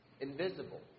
Invisible